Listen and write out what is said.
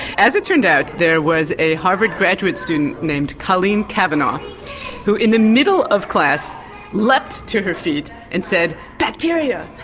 as it turned out there was a harvard graduate student named colleen cavanaugh who in the middle of class leapt to her feet and said, bacteria!